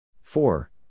Four